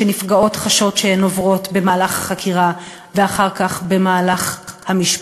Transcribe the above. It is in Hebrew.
שנפגעות חשות שהן עוברות במהלך החקירה ואחר כך במהלך המשפט.